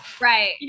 Right